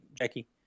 Jackie